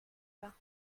pas